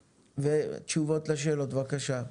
תשובות לשאלות, בבקשה.